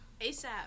ASAP